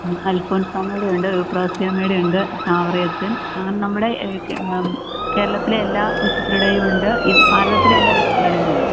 ഉം അല്ഫോണ്സാമ്മയുടെയുണ്ട് ത്രേസ്യാമ്മയുടെയുണ്ട് ചാവറയച്ചന് അങ്ങനെ നമ്മുടെ കെ കേരളത്തിലെ എല്ലാ വിശുദ്ധരുടെയുമുണ്ട് ഈ ഭാരതത്തിലെ എല്ലാ വിശുദ്ധരുടേതുമുണ്ട്